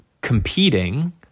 competing